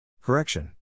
Correction